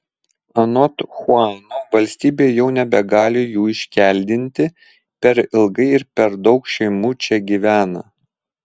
anot chuano valstybė jau nebegali jų iškeldinti per ilgai ir per daug šeimų čia gyvena